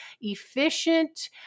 efficient